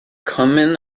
common